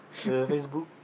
Facebook